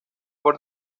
por